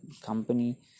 company